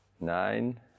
nine